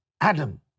Adam